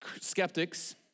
skeptics